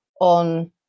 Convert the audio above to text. on